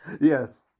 Yes